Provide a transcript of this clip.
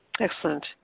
Excellent